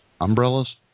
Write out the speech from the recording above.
umbrellas